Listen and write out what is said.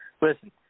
Listen